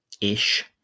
ish